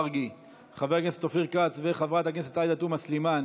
עובר להצבעה על הצעת החוק בקריאה שלישית.